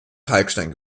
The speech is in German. kalkstein